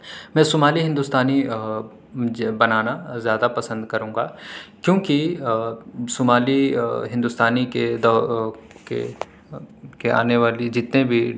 میں شمالی ہندوستانی بنانا زیادہ پسند کروں گا کیونکہ شمالی ہندوستانی کے دو کے کے آنے والی جتنے بھی